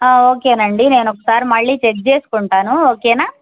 ఓకేనండి నేను ఒకసారి మళ్ళీ చెక్ చేసుసుకుంటాను ఓకేనా